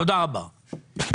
תודה רבה.